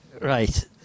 Right